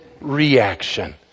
reaction